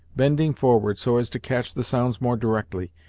bending forward so as to catch the sounds more directly,